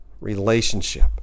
relationship